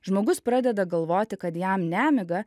žmogus pradeda galvoti kad jam nemiga